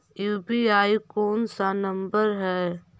UPI कोन सा number हैं?